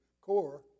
core